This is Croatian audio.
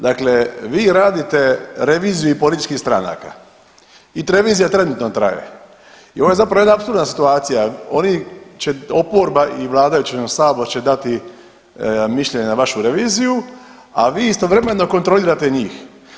Dakle, vi radite reviziju političkih stranaka i revizija trenutno traje i ovo je zapravo jedna apsurdna situacija, oni će, oporba i vladajući, Sabor će dati mišljenja vašu reviziju, a vi istovremeno kontrolirate njih.